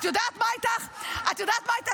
את יודעת מה --- טלי,